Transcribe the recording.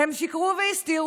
הם שיקרו והסתירו,